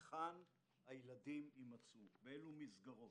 היכן הילדים יימצאו, באילו מסגרות?